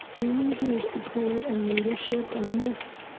we need your support and leadership on this.